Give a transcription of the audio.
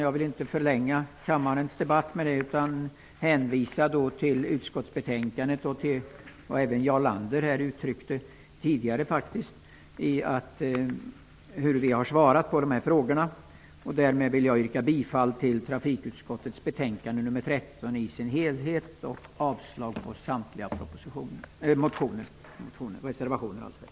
Jag vill inte förlänga kammarens debatt, utan hänvisar till utskottsbetänkandet och även till vad Jarl Lander uttryckte tidigare här i debatten om hur vi har svarat på de frågor han tog upp. Därmed vill jag yrka bifall till utskottets hemställan på samtliga punkter i trafikutskottets betänkande nr 13 och avslag på samtliga reservationer.